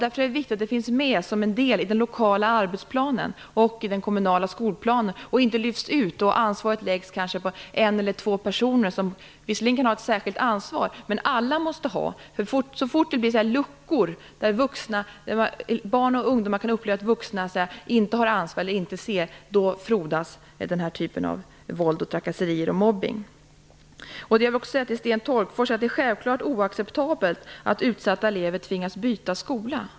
Därför är det viktigt att det finns med som en del i den lokala arbetsplanen och den kommunala skolplanen och inte lyfts ut så att man lägger ansvaret på kanske en eller två personer. Visserligen kan några ha ett särskilt ansvar, men alla måste vara med. Så fort det blir luckor, där barn och ungdomar kan uppleva att vuxna inte har ansvar eller inte ser, då frodas den här typen av våld, trakasserier och mobbning. Till Sten Tolgfors vill jag säga att det självklart är oacceptabelt att utsatta elever tvingas byta skola.